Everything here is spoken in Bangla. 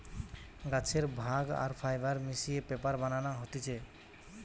গাছের ভাগ আর ফাইবার মিশিয়ে পেপার বানানো হতিছে